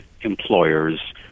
employers